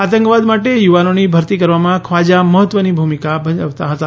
આતંકવાદ માટે યુવાનોની ભરતી કરવામાં ખ્વાજાની મહત્વની ભૂમિકા હતી